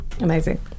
Amazing